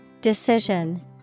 Decision